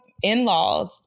in-laws